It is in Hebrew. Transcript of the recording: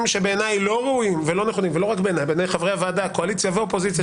שבעיניי ובעיני חברי הוועדה מהקואליציה ומהאופוזיציה,